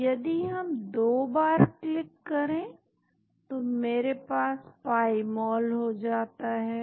तो यदि हम दो बार क्लिक करें तो मेरे पास पाई मॉल हो जाता है